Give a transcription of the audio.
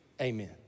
amen